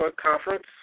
Conference